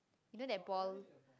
you know that ball